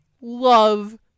love